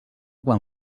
quan